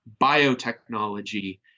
biotechnology